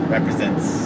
Represents